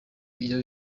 iyo